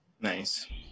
Nice